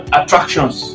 attractions